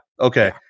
okay